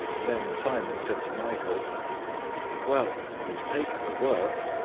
then simon said to michael well, we have taken the work,